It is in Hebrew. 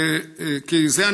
כי זה,